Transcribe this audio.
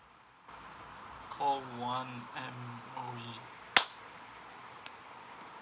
call one M_O_E